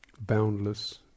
boundless